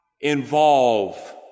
involve